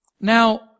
Now